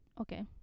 Okay